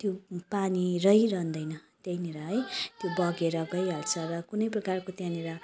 त्यो पानी रहिरहँदैन त्यहीँनिर है त्यो बगेर गइहाल्छ र किनै प्रकारको त्यहाँनिर